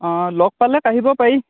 অঁ লগ পালে কাঢ়িব পাৰি